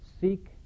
Seek